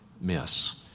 miss